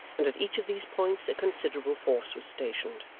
and at each of these points a considerable force was stationed.